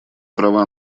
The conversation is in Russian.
права